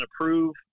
approve